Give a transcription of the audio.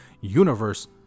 universe